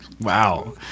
wow